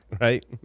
right